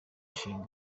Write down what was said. itegeko